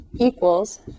equals